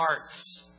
hearts